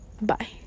bye